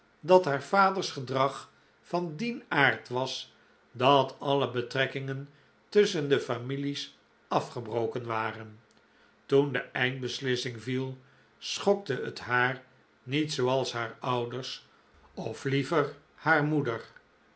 dat haar vaders gedrag van dien aard was dat alle betrekkingen tusschen de families afgebroken waren toen de eind beslissing viel schokte het haar niet zooals haar ouders ofliever haar moeder